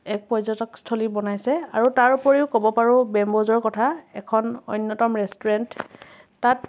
এক পৰ্যটকস্থলী বনাইছে আৰু তাৰ উপৰিও ক'ব পাৰো বেম্বোঝৰ কথা এখন অন্য়তম ৰেষ্টুৰেণ্ট তাত